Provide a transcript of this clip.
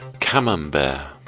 Camembert